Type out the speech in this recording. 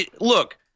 Look